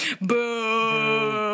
Boom